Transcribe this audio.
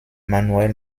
manuel